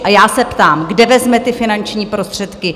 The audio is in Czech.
A já se ptám, kde vezme ty finanční prostředky?